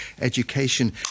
Education